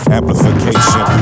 Amplification